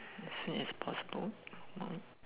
as soon as possible oh